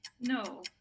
No